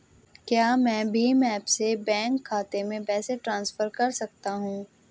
क्या मैं भीम ऐप से बैंक खाते में पैसे ट्रांसफर कर सकता हूँ?